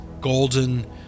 golden